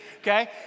okay